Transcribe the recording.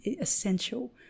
essential